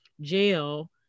jail